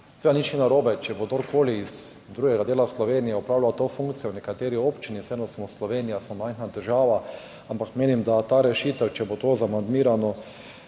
Seveda ni nič narobe, če bo kdorkoli z drugega dela Slovenije opravljal to funkcijo v nekaterih občinah, vseeno smo Slovenija, smo majhna država. Ampak menim, da bo s to rešitvijo, če bo to amandmirano,